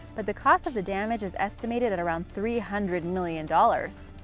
but the cost of the damage is estimated at around three hundred million dollars.